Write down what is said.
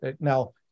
Now